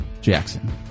Jackson